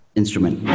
instrument